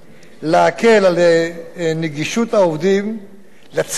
להקל את נגישות הצדק